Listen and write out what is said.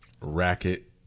racket